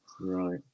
Right